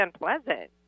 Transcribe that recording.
unpleasant